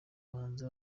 bahanzi